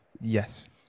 Yes